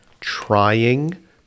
trying